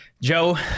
joe